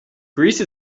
greece